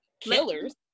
killers